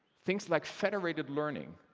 things like federated learning,